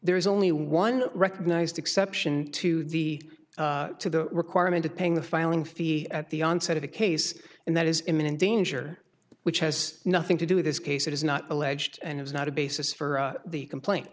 there is only one recognized exception to the to the requirement of paying the filing fee at the onset of the case and that is imminent danger which has nothing to do with this case it is not alleged and it is not a basis for the complaint